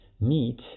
meat